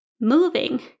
moving